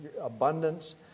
abundance